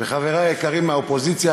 וחברי היקרים מהאופוזיציה,